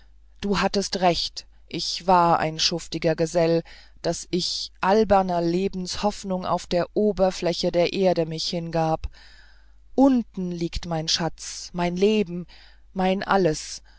du hattest recht ich war ein schuftiger gesell daß ich alberner lebenshoffnung auf der oberfläche der erde mich hingab unten liegt mein schatz mein leben mein alles